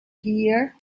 here